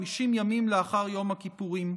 50 ימים לאחר יום הכיפורים.